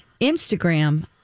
Instagram